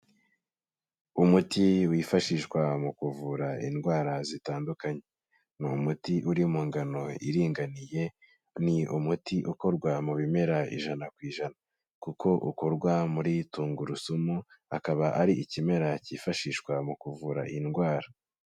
Umuti wifashishwa mu kuvura indwara zitandukanye, ni umuti uri mu ngano iringaniye, ni umuti ukorwa mu bimera ijana ku ijana kuko ukorwa muri tungurusumu, akaba ari ikimera cyifashishwa mu kuvura indwara.